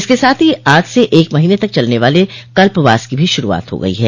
इसके साथ ही आज से एक महीने तक चलने वाले कल्पवास की भी शुरूआत हो गई है